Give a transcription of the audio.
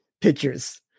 pictures